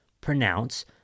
pronounce